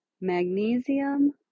magnesium